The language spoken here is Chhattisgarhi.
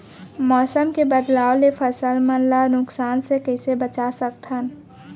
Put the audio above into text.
मौसम के बदलाव ले फसल मन ला नुकसान से कइसे बचा सकथन?